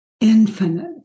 infinite